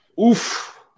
oof